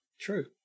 True